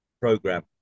program